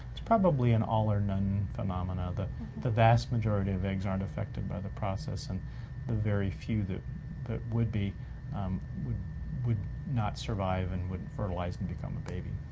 it's probably an all-or-none phenomena that the vast majority of eggs aren't affected by the process, and the very few that that would be um would would not survive and would fertilize and become a baby.